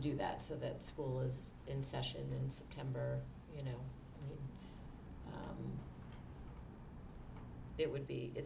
do that so that school is in session in september you know it would be it